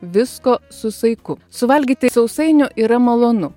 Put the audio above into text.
visko su saiku suvalgyti sausainių yra malonu